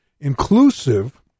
inclusive